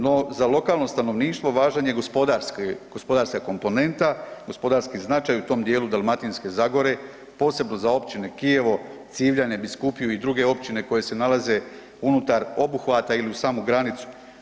No za lokalno stanovništvo važan je gospodarska komponenta, gospodarski značaj u tom djelu Dalmatinske zagore posebno za općine Kijevo, Civljane, Biskupiju i druge općine koje se nalaze unutar obuhvata ili uz samu granicu.